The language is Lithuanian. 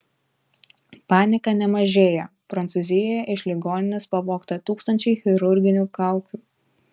panika nemažėją prancūzijoje iš ligoninės pavogta tūkstančiai chirurginių kaukių